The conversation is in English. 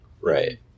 right